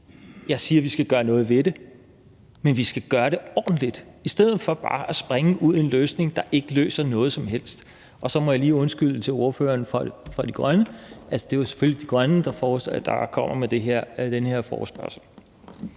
Jeg siger, vi skal gøre noget ved det, men at vi skal gøre det ordentligt i stedet for bare at springe ud i en løsning, der ikke løser noget som helst. Og så må jeg lige undskylde over for ordføreren for Frie Grønne og sige, at det selvfølgelig er Frie Grønne, der kommer med den forespørgsel.